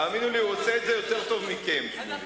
תאמינו לי, הוא עושה את זה יותר טוב מכם, שמוליק.